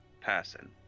person